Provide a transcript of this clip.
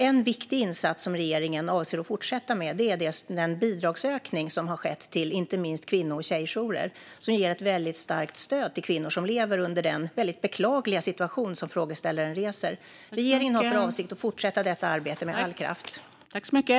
En viktig insats som regeringen avser att fortsätta med är den bidragsökning som har skett till inte minst kvinno och tjejjourer som ger ett väldigt starkt stöd till kvinnor som lever i den väldigt beklagliga situation som frågeställaren tar upp. Regeringen har för avsikt att fortsätta detta arbete med all kraft.